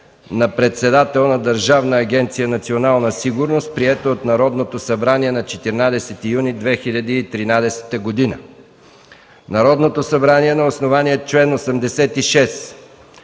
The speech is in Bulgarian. на председател на Държавна агенция „Национална сигурност”, прието от Народното събрание на 14 юни 2013 г. Народното събрание на основание чл. 86,